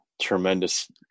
tremendous